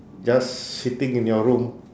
just sitting in your room